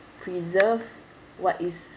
preserve what is